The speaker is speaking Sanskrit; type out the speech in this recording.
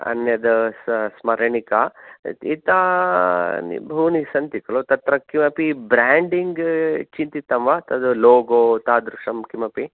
अन्यद् स् स् स्मरणिका एतानि बहूनि सन्ति खलु तत्र किमपि ब्रेण्डिङ्ग् चिन्तितं वा तत् लोगो तादृशं किमपि